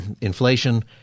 inflation